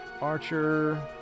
Archer